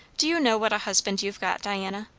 do you know what a husband you've got, diana?